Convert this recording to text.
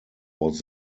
was